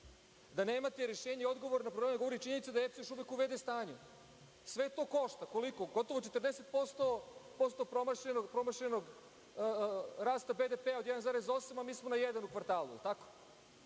da nemate rešenje i odgovor na probleme govori činjenica da je EPS još uvek u v.d. stanju. Sve to košta. Koliko? Gotovo 40% promašenog rasta BDP-a od 1,8, a mi smo na jedan u kvartalu.